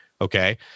Okay